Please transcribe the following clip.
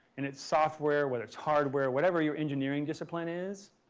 and its software, whether it's hardware, whatever your engineering discipline is,